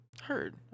Heard